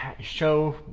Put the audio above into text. show